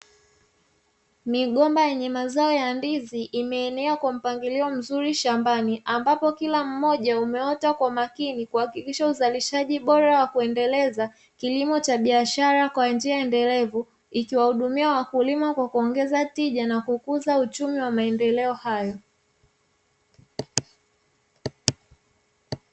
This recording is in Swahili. Migomba yenye mazao ya ndizi imeenea kwa mpangilio mzuri shambani ambapo kila mmoja umeota kwa umakini, kuhakikisha uzalishaji bora wa kuendeleza kilimo cha biashara kwa njia endelevu ikiwahudumia wakulima kwa kuendeleza tija na kukuza uchumi wa maendeleo hayo.